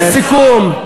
לסיכום.